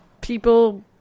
people